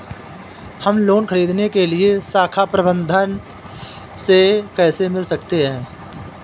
हम लोन ख़रीदने के लिए शाखा प्रबंधक से कैसे मिल सकते हैं?